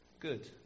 good